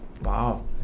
Wow